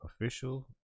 official